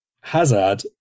Hazard